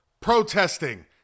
Protesting